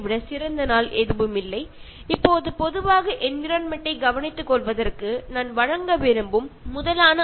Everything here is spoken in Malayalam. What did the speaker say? പ്രകൃതിയെ സംരക്ഷിക്കാനുള്ള ടിപ്പുകളിൽ വളരെ പ്രധാനപ്പെട്ട ഒരു ടിപ്പ് എനിക്ക് പൊതുവായി പറയാനുള്ളത് കഴിയുന്നതും വിഭവങ്ങൾ പാഴാക്കുന്നത് ഒഴിവാക്കുക എന്നതാണ്